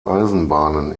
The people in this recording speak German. eisenbahnen